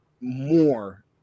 more